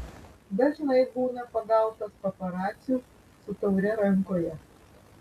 dažnai būna pagautas paparacių su taure rankoje